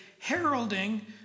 heralding